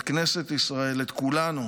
את כנסת ישראל, את כולנו,